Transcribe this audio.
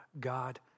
God